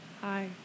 Hi